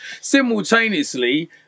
simultaneously